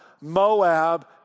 Moab